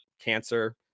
cancer